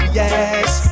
yes